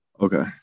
Okay